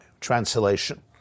Translation